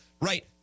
right